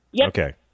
Okay